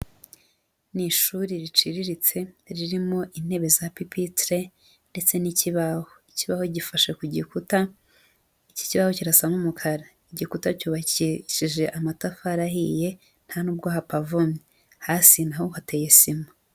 Ni ishuri riciriritse ririmo intebe za pipitire ndetse n'ikibaho. Ikibaho gifashe ku gikuta, iki kibaho kirasa nk'umukara. Igikuta cyubakishije amatafari ahiye, nta nubwo hapavomye, hasi naho hateye sima.